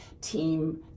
team